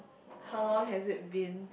how long has it been